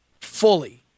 fully